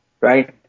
right